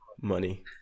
money